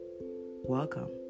welcome